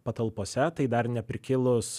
patalpose tai dar neprikilus